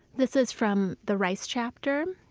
this is from the rice chapter,